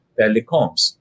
telecoms